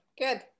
Good